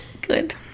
Good